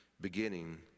beginning